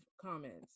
comments